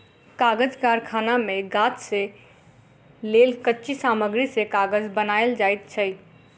कागज़ कारखाना मे गाछ से लेल कच्ची सामग्री से कागज़ बनायल जाइत अछि